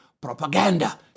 Propaganda